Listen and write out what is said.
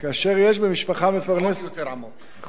העוני יותר עמוק.